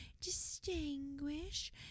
distinguish